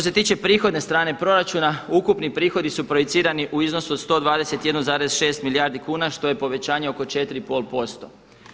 Što se tiče prihodne strane proračuna, ukupni prihodi su projicirani u iznosu od 121,6 milijardi kuna što je povećanje oko 4,5 posto.